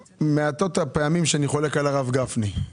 מעטות הפעמים שאני חולק על הרב גפני,